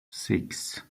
six